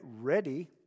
ready